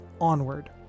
onward